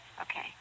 Okay